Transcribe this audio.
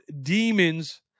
demons